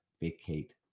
vacate